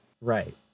Right